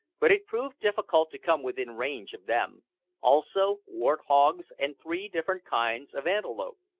but it proved difficult to come within range of them also wart-hogs, and three different kinds of antelope.